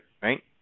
right